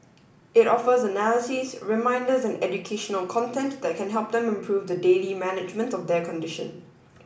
it offers analyses reminders and educational content that can help them improve the daily management of their condition